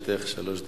לרשותך שלוש דקות.